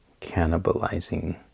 cannibalizing